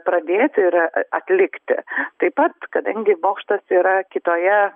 pradėti ir atlikti taip pat kadangi bokštas yra kitoje